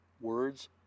words